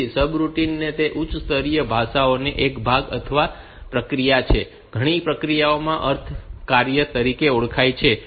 તેથી સબરૂટિન એ ઉચ્ચ સ્તરીય ભાષાઓનો એક ભાગ અથવા પ્રક્રિયા છે જે ઘણીવાર પ્રક્રિયાઓ અથવા કાર્ય તરીકે ઓળખાય છે